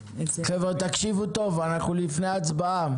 חבר'ה, תקשיבו טוב, אנחנו לפני הצבעה